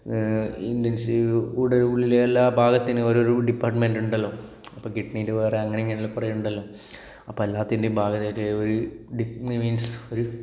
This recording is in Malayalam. ഇൻറ്റെൻസീവ് കൂടെ ഉള്ളില് എല്ലാ ഭാഗത്തിനും ഓരോരോ ഡിപാർട്ട്മെൻറ് ഉണ്ടല്ലൊ അപ്പോൾ കിഡ്നിന്റെ വേറെ അങ്ങനെ ഇങ്ങനെ എല്ലം കുറെ ഉണ്ടല്ലൊ അപ്പോൾ എല്ലാത്തിന്റെ ഭാഗമായിട്ട് ഒരു ഡീപ് മീൻസ് ഒരു